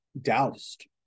doused